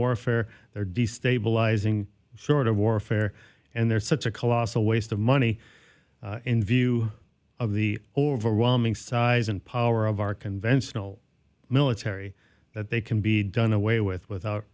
warfare they're destabilizing short of warfare and they're such a colossal waste of money in view of the overwhelming size and power of our conventional military that they can be done away with without